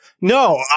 No